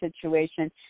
situation